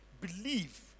Believe